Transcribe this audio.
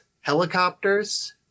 helicopters